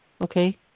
Okay